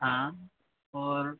हाँ और